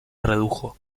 redujo